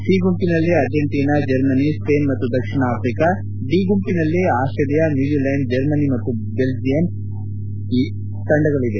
C ಗುಂಪಿನಲ್ಲಿ Argentina Germany Spain ಮತ್ತು ದಕ್ಷಿಣ ಆಫಿಕಾ ಡಿ ಗುಂಪಿನಲ್ಲಿ ಆಸ್ವೇಲಿಯಾ ನ್ಯೂಜಿಲ್ಡಾಂಡ್ ಜರ್ಮನಿ ಮತ್ತು ಬೆಲ್ಜಿಯಂ ತಂಡಗಳವೆ